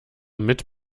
mit